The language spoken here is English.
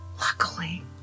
Luckily